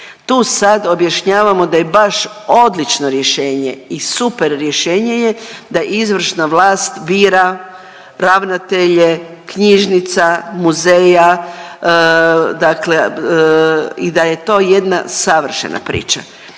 Tu sad objašnjavamo da je baš odlično rješenje i super rješenje je da izvršna vlast bira ravnatelje knjižnica, muzeja, dakle i da je to jedna savršena priča.